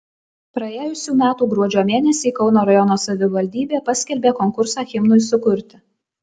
praėjusių metų gruodžio mėnesį kauno rajono savivaldybė paskelbė konkursą himnui sukurti